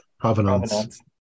Provenance